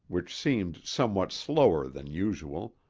which seemed somewhat slower than usual,